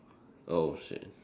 oh shit